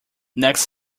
next